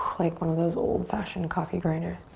like one of those old fashioned coffee grinder.